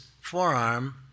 forearm